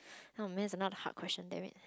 oh man it's another hard question damn it